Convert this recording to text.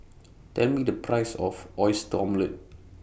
Tell Me The Price of Oyster Omelette